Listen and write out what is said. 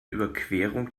überquerung